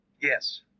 Yes